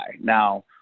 Now